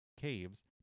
caves